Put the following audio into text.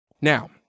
Now